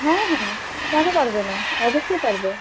হ্যাঁ হ্যাঁ কেন পারবে না অবশ্যই পারবে